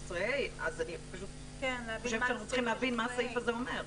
16(ה)" אז אני חושבת שאנחנו צריכות להבין מה הסעיף הזה אומר.